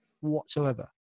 whatsoever